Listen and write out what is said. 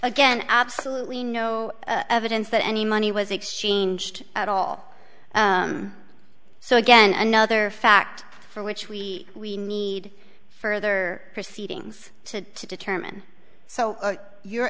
again absolutely no evidence that any money was exchanged at all so again another fact for which we we need further proceedings to to determine so you're